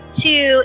two